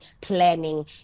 planning